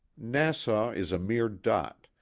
nassau is a mere dot,